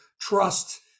trust